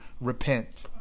repent